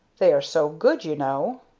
they are so good you know!